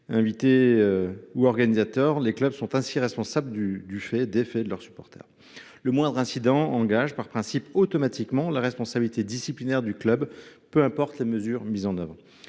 invités ou organisateurs, les clubs sont ainsi responsables des actions de leurs supporters. Le moindre incident engage, par principe et automatiquement, la responsabilité disciplinaire du club, peu importe les mesures mises en œuvre.